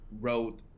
wrote